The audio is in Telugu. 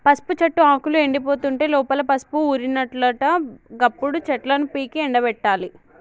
పసుపు చెట్టు ఆకులు ఎండిపోతుంటే లోపల పసుపు ఊరినట్లట గప్పుడు చెట్లను పీకి ఎండపెట్టాలి